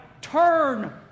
turn